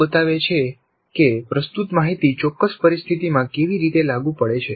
આ બતાવે છે કે પ્રસ્તુત માહિતી ચોક્કસ પરિસ્થિતિમાં કેવી રીતે લાગુ પડે છે